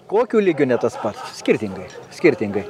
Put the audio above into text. kokiu lygiu ne tas pats skirtingai skirtingai